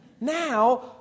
Now